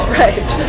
right